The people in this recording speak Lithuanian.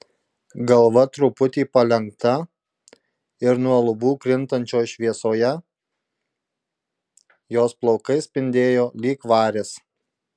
galva truputį palenkta ir nuo lubų krintančioj šviesoje jos plaukai spindėjo lyg varis